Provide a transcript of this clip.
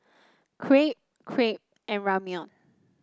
Crepe Crepe and Ramyeon